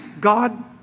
God